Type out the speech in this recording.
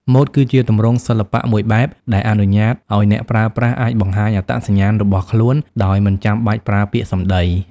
ម៉ូដគឺជាទម្រង់សិល្បៈមួយបែបដែលអនុញ្ញាតឲ្យអ្នកប្រើប្រាស់អាចបង្ហាញអត្តសញ្ញាណរបស់ខ្លួនដោយមិនចាំបាច់ប្រើពាក្យសំដី។